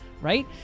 right